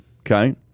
okay